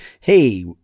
hey